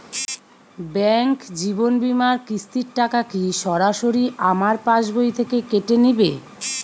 Bank জীবন বিমার কিস্তির টাকা কি সরাসরি আমার পাশ বই থেকে কেটে নিবে?